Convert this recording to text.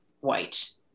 white